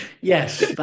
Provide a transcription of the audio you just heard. Yes